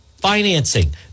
financing